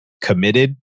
committed